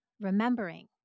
remembering